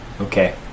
Okay